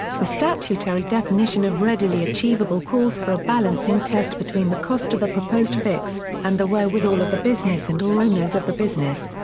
the statutory definition of readily achievable calls for a balancing test between the cost of the proposed fix and the wherewithal of the business and or owners of the business.